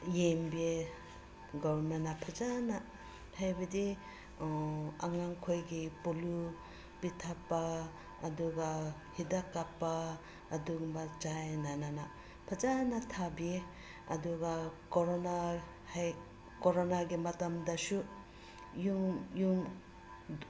ꯌꯦꯡꯕꯤꯑꯦ ꯒꯣꯔꯃꯦꯟꯅ ꯐꯖꯅ ꯍꯥꯏꯕꯗꯤ ꯑꯉꯥꯡꯈꯣꯏꯒꯤ ꯄꯣꯂꯨ ꯄꯤꯊꯛꯄ ꯑꯗꯨꯒ ꯍꯤꯗꯥꯛ ꯀꯥꯞꯄ ꯑꯗꯨꯒꯨꯝꯕ ꯆꯥꯡ ꯅꯥꯏꯅ ꯐꯖꯅ ꯊꯥꯕꯤ ꯑꯗꯨꯒ ꯀꯣꯔꯣꯅꯥ ꯀꯣꯔꯣꯅꯥꯒꯤ ꯃꯇꯝꯗꯁꯨ ꯌꯨꯝ ꯌꯨꯝ